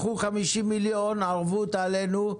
קחו 50 מיליון ערבות עלינו,